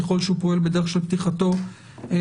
ככל שהוא פועל בדרך של פתיחתו לציבור,